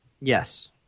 Yes